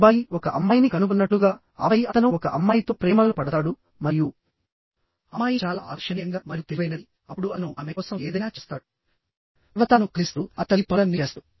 అబ్బాయి ఒక అమ్మాయిని కనుగొన్నట్లుగా ఆపై అతను ఒక అమ్మాయితో ప్రేమలో పడతాడు మరియు అమ్మాయి చాలా ఆకర్షణీయంగా మరియు తెలివైనది అప్పుడు అతను ఆమె కోసం ఏదైనా చేస్తాడు పర్వతాలను కదిలిస్తాడు అతను ఈ పనులన్నీ చేస్తాడు